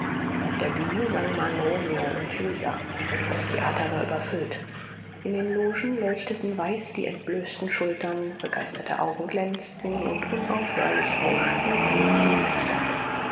auf der bühne sang man romeo und julia das theater war überfüllt in den logen leuchteten weiß die entblößten schultern begeisterte augen glänzten und unaufhörlich rauschten leise die fächer